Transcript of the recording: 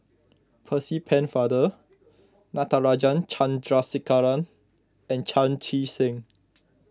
Percy Pennefather Natarajan Chandrasekaran and Chan Chee Seng